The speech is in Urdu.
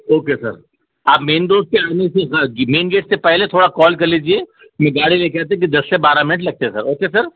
اوکے سر آپ مین روڈ پہ آنے کے بعد مین گیٹ سے پہلے تھوڑا کال کر لیجیے میں گاڑی لیکر آتے تو دس سے بارہ منٹ لگتے سر اوکے سر